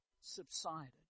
subsided